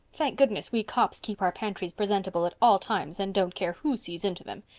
thank goodness, we copps keep our pantries presentable at all times and don't care who sees into them.